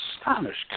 astonished